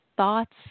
thoughts